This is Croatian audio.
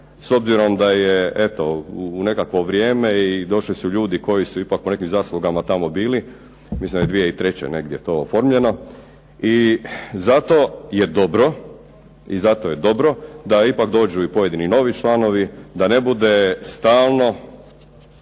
s obzirom da je eto u nekakvo vrijeme i došli su ljudi koji su ipak po nekim zaslugama tamo bili, mislim da je 2003. negdje to oformljeno. I zato je dobro da ipak dođu i pojedini novi članovi, da ne bude stalno